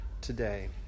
today